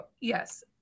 yes